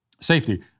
safety